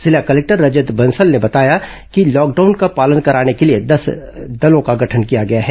जिला कलेक्टर रजत बंसल ने बताया है कि कि लॉकडाउन का पालन कराने के लिए दस दलों का गठन किया गया है